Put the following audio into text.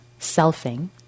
selfing